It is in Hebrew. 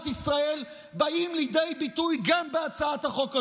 ישראל באים לידי ביטוי גם בהצעת החוק הזו,